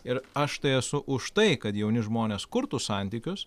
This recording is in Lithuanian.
ir aš tai esu už tai kad jauni žmonės kurtų santykius